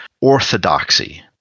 orthodoxy